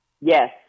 Yes